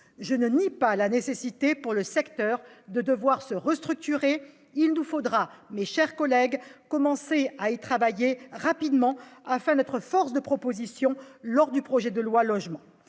Je ne nie pas la nécessité pour le secteur de devoir se restructurer. Il nous faudra, mes chers collègues, commencer à y travailler rapidement, afin d'être force de proposition lors de l'examen du projet de loi Logement.